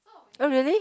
oh really